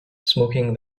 smoking